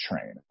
train